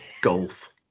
golf